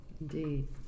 Indeed